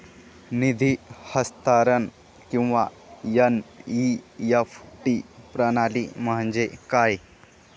निधी हस्तांतरण किंवा एन.ई.एफ.टी प्रणाली म्हणजे काय?